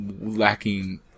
lacking